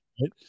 right